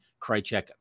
Krychek